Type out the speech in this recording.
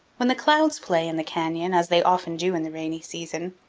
when the clouds play in the canyon, as they often do in the rainy season,